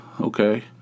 okay